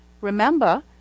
Remember